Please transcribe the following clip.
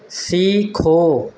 سیکھو